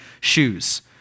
shoes